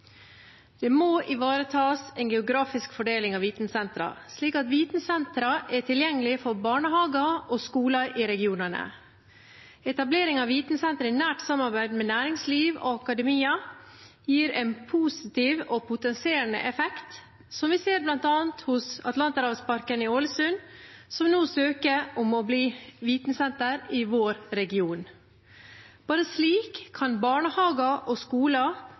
Vi må ivareta en geografisk fordeling av vitensentra, slik at vitensentra er tilgjengelige for barnehager og skoler i regionene. Etablering av vitensenter i nært samarbeid med næringsliv og akademia gir en positiv og potenserende effekt, som vi ser bl.a. hos Atlanterhavsparken i Ålesund, som nå søker om å bli vitensenter i vår region. Bare slik kan barnehager og skoler